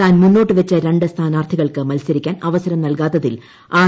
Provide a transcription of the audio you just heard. താൻ മുന്നോട്ടുവച്ച രണ്ട് സ്ഥാനാർത്ഥികൾക്ക് മത്സരിക്കാൻ അവസരം നൽകാത്തതിൽ ആർ